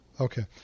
Okay